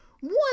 One